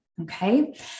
Okay